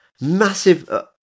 massive